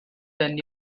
than